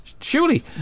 Surely